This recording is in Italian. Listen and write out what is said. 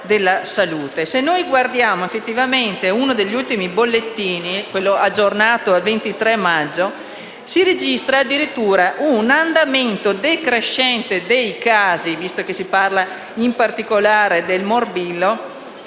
si prende in esame uno degli ultimi bollettini, quello aggiornato al 23 maggio, si registra addirittura un andamento decrescente dei casi - visto che si parla in particolare del morbillo